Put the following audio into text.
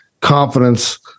confidence